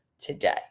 today